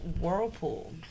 Whirlpool